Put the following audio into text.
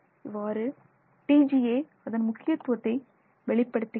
இவ்வாறாக TGA அதன் முக்கியத்துவத்தை வெளிப்படுத்துகிறது